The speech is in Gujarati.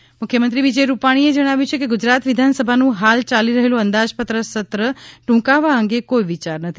વિધાનસભા સત્ર મુખ્યમંત્રી વિજય રૂપાણીએ જણાવ્યું છે કે ગુજરાત વિધાનસભાનું હાલ ચાલી રહેલું અંદાજપત્ર સત્ર ટુંકાવા અંગે કોઇ વિચાર નથી